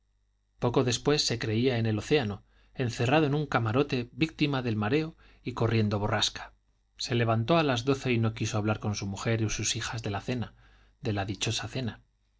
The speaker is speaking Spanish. poco después se creía en el océano encerrado en un camarote víctima del mareo y corriendo borrasca se levantó a las doce y no quiso hablar con su mujer y sus hijas de la cena de la dichosa cena